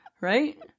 right